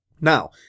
Now